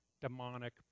demonic